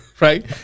right